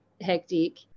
hectic